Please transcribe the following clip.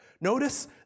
Notice